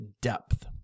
depth